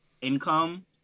income